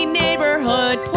neighborhood